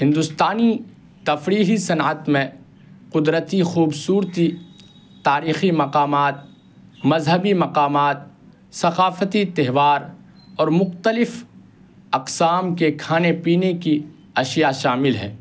ہندوستانی تفریحی صنعت میں قدرتی خوبصورتی تاریخی مقامات مذہبی مقامات ثقافتی تہوار اور مختلف اقسام کے کھانے پینے کی اشیاء شامل ہے